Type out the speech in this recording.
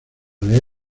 leer